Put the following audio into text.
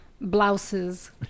blouses